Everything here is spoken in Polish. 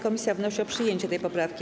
Komisja wnosi o przyjęcie tej poprawki.